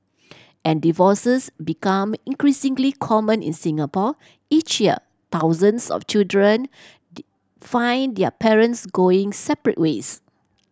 and divorces become increasingly common in Singapore each year thousands of children find their parents going separate ways